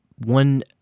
One